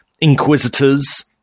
Inquisitors